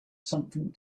something